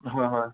হয় হয়